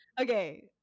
Okay